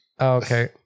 Okay